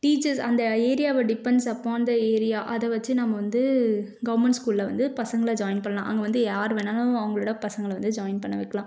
teachers அந்த ஏரியாவை depends upon the area அதை வச்சு நம்ம வந்து கவர்மெண்ட் ஸ்கூல்ல வந்து பசங்களை ஜாயின் பண்ணலாம் அங்கே வந்து யார் வேணாலும் அவங்களோட பசங்களை வந்து ஜாயின் பண்ண வைக்கலாம்